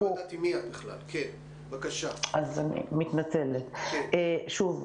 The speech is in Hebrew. הוא --- שוב,